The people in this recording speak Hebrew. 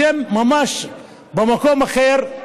השם ממש במקום אחר.